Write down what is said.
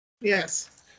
Yes